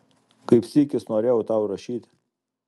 kaip sykis norėjau tau rašyti